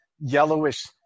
yellowish